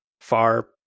far